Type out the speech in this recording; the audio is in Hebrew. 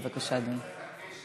בבקשה, אדוני.